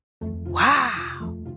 Wow